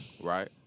right